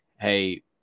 hey